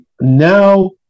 now